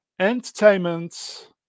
entertainment